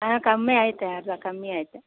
ಹಾಂ ಕಮ್ಮಿ ಐತೆ ಅರ್ಧ ಕಮ್ಮಿ ಐತೆ